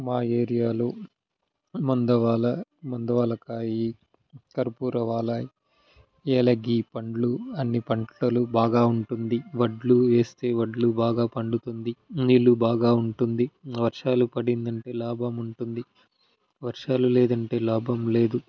మా ఏరియాలో మందు వలన మందు వలన ఈ కర్పూర వెలగ కాయ వెలగ పండ్లు అన్ని పంటలు బాగా ఉంటుంది వడ్లు వేస్తే వడ్లు బాగా పండుతుంది నీళ్ళు బాగా ఉంటుంది వర్షాలు పడింది అంటే లాభం ఉంటుంది వర్షాలు లేదంటే లాభం లేదు